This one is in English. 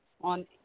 on